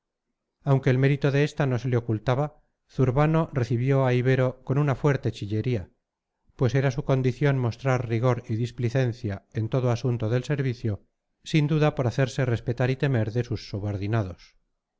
aunque el mérito de esta no se le ocultaba zurbano recibió a ibero con una fuerte chillería pues era su condición mostrar rigor y displicencia en todo asunto del servicio sin duda por hacerse respetar y temer de sus subordinados